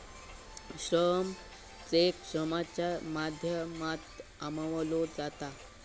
श्रम चेक श्रमाच्या माध्यमातना कमवलो जाता